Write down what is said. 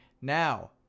Now